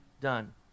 done